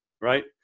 right